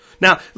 Now